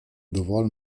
dovolj